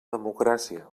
democràcia